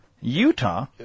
Utah